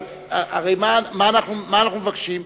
הרי מה אנחנו מבקשים?